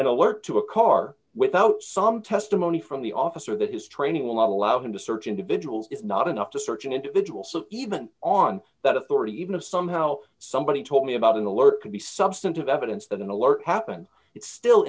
alert to a car without some testimony from the officer that is training will not allow him to search individuals is not enough to search an individual so even on that authority even if somehow somebody told me about an alert could be substantive evidence that an alert happened it's still